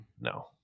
no